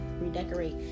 Redecorate